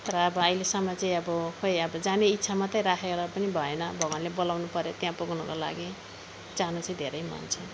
तर अब अहिलसम्म चाहिँ अब खोइ अब जाने इच्छा मात्रै राखेर पनि भएन भगवानले बोलाउनु पऱ्यो त्यहाँ पुग्नुको लागि जानु चाहिँ धेरै मन छ